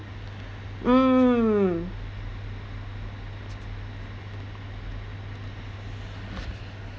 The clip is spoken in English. mm